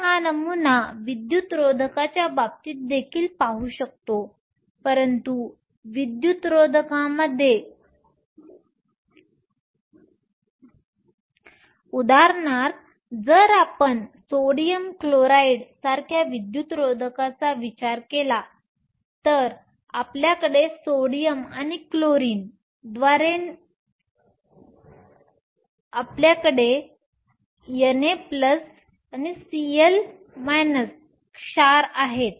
आपण हा नमुना विद्युतरोधकाच्या बाबतीत देखील पाहू शकतो परंतु विद्युतरोधकामध्ये उदाहरणार्थ जर आपण सोडियम क्लोराईड सारख्या विद्युतरोधकाचा विचार केला तर आपल्याकडे सोडियम आणि क्लोरीन द्वारे आपल्याकडे Na Cl क्षार आहेत